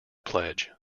pledge